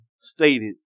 stated